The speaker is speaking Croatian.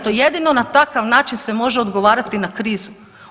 To jedino na takav način se može odgovarati na krizu.